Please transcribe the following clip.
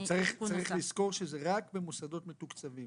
אני פותחת את ישיבת ועדת העבודה והרווחה,